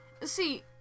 See